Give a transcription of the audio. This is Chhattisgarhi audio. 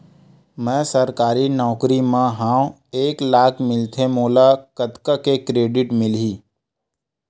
मैं सरकारी नौकरी मा हाव एक लाख मिलथे मोला कतका के क्रेडिट मिलही?